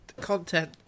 content